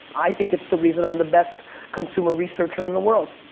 i think it's the reason i'm the best consumer researcher in the world.